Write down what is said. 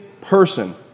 person